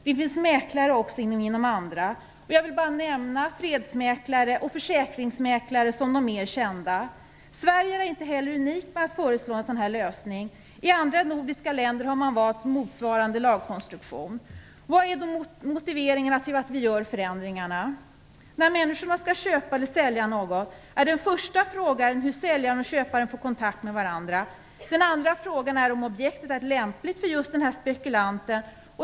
Det finns mäklare även inom andra områden. Jag vill bara nämna fredsmäklare och försäkringsmäklare som de mer kända. Sverige är inte heller unikt med att föreslå en sådan här lösning. I alla andra nordiska länder har man valt motsvarande lagkonstruktion. Vilka är då motiveringarna till att vi gör dessa förändringar? När människor skall köpa eller sälja något är den första frågan hur säljare och köpare får kontakt med varandra. Den andra frågan är om objektet är lämpligt för just den här spekulanten.